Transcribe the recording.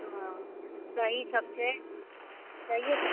ओ दही सब छै दहिओ सब छै